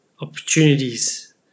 Opportunities